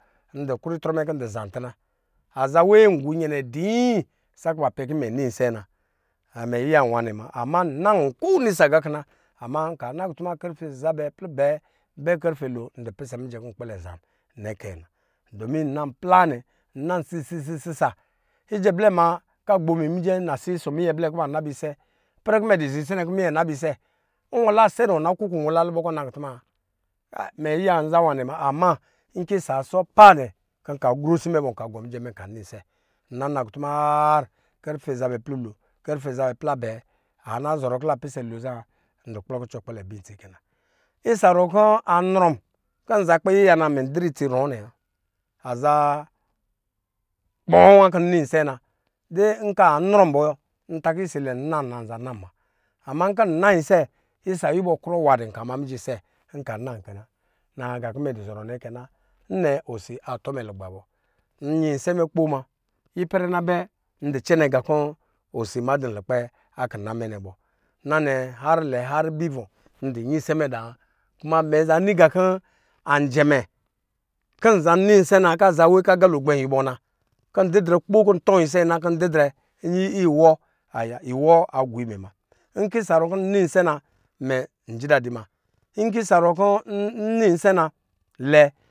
Ndu krɔ itrɔ mɛ kɔ ndɔ zaan tuna aza we ngɔ iyɛnɛ dii sakɔ banpɛ kɔ mɛ nin sɛ na, mɛnyiya nwa nɛ muna ama mɛnnan kowinisa gaku na ama nka nakutuma kan fe zabɛ plɔ abɛ, bɛ karfe lo ndo pisɛ mijɛ kɔ nkpɛlɛ zan nɛ kɛɛ na dumi nnan plaa nɛ nnan isisisi sa ijɛ blɛ ma kɔ agbo mɛ miji ɔsɔ minyɛ kɔ ba naba isa ipɛrɛ kɔ imɛ dɔ za isɛ sakɔ iba dɔ naba isa nwala asɛ nɛ wɔ na kuku lubɔ kɔ ɔna kutuma kai mɛ yiyan zawanɛ ma ama nkɔ isa sɔ pa dɛ nk a gru asi mɛ bɔ nka gɔ mijɛ mɛ nka na isɛ nna na kutuma har karfe zabɛ plɔ lo karfe zabɛ aplɔ abɛ ana zɔrɔ kɔ a dɔ pisɛ lo za ndɔ kplɔ kucɔ kpɛlɛ bɛn itsi kɛ na isa ruwɔ kɔ anrɔn kɔ nza ukpɛ yiya na mɛn didrɛ itsi ruwɔ nɛ wa. A zaa kpɔɔ nwa kɔ nna isa na de nkɔ anrɔ bɔ ata kɔ isa ilɛ nza nama nza na ma ama nkɔ nan isɛ isa a yuwɔ krɔ waa dɛ nk ma mijɛ isɛ nka nan kɛ na naa nga kɔ imɛ dɔ zɔrɔ nɛ kɛ na nnɛ osi atɔ mɛ lugba bɔ nyɛ isɛ mɛ kpo mina nkɔ ipɛra na bɛ ndɔ cɛnɛ nqa kɔ osi ama dɔnlukpɛ akina mɛ nɛ bɔ, nnɛ har lɛ har bɛ ivɔ ndɔ nyɛ isɛ mɛ da wa kuma imɛ zan ni gan kɔ ajɛ mi kɔ nza nin isɛ muna kɔ azawe kɔ agalo gbɛnwubɔ muna drɛ kpo kɔ ntɔn isɛ inan kɔ ndid ɛ nyin iwɔ ayɛ iwɔ agɔɔ imɛ muna nkɔ isa ruwɔ kɔ nna isa na imɛ nji dadi ma nkɔ isa ruwɔ kɔ nna isa na lɛ